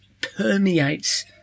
permeates